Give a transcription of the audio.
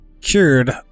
cured